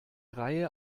reihe